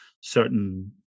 certain